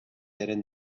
eren